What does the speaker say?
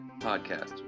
podcast